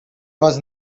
was